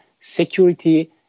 security